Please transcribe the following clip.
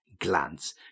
glance